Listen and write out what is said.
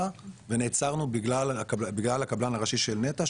ונעצרנו בגלל הקבלן הראשי של נת"ע,